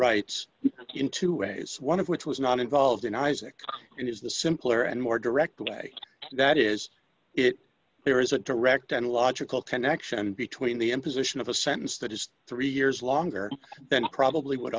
rights in two ways one of which was not involved in isaac and is the simpler and more direct way that is it there is a direct and logical connection between the imposition of a sentence that is three years longer than it probably would